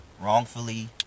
wrongfully